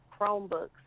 Chromebooks